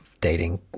dating